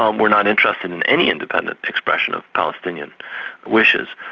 um were not interested in any independent expression of palestinian wishes.